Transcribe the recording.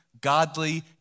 godly